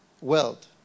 world